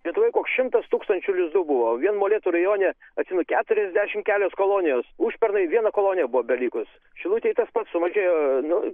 lietuvoj koks šimtas tūkstančių lizdų buvo vien molėtų rajone atsimenu keturiasdešimt kelios kolonijos užpernai viena kolonija buvo belikus šilutėj tas pats sumažėjo nu